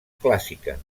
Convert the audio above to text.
clàssica